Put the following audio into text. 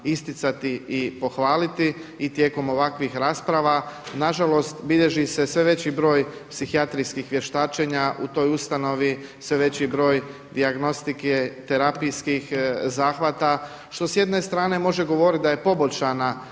isticati i pohvaliti i tijekom ovakvih rasprava. Nažalost, bilježi se sve veći broj psihijatrijskih vještačenja u toj ustanovi, sve veći broj dijagnostike terapijskih zahvata, što s jedne strane može govoriti da je poboljšana